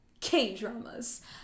K-dramas